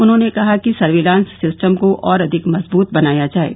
उन्होंने कहा कि सर्विलास सिस्टम को और अधिक मजबूत बनाया जाये